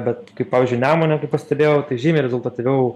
bet kai pavyzdžiui nemune kai pastebėjau tai žymiai rezultatyviau